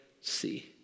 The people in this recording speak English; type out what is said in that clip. See